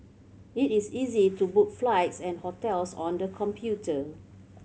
it is easy to book flights and hotels on the computer